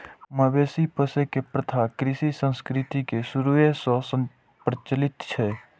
मवेशी पोसै के प्रथा कृषि संस्कृति के शुरूए सं प्रचलित छै